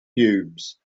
cubes